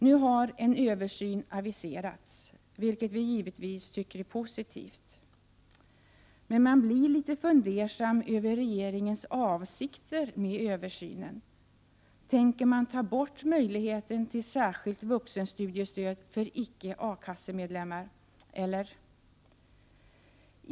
Nu har en översyn aviserats, vilket vi givetvis tycker är positivt. Man blir dock litet fundersam över regeringens avsikter med översynen. Tänker man ta bort möjligheten till särskilt vuxenstudiestöd för icke A-kassemedlemar, eller?